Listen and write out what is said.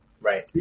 right